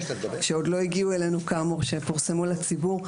שכאמור עוד לא הגיעו אלינו ופורסמו לציבור,